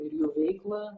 ir jų veiklą